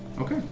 Okay